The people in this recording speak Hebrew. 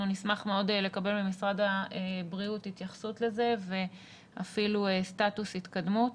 אנחנו נשמח מאוד לקבל ממשרד הבריאות התייחסות לזה ואפילו סטטוס התקדמות.